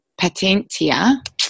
patentia